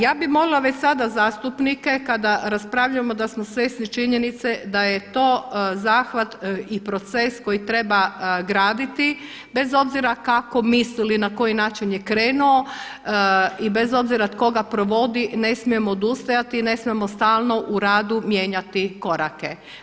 Ja bih molila već sada zastupnike kada raspravljamo da smo svjesni činjenice da je to zahvat i proces koji treba graditi bez obzira kako mislili na koji način je krenuo i bez obzira tko ga provodi, ne smijemo odustati i ne smijemo stalno u radu mijenjati korake.